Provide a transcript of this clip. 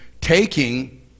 taking